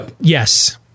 yes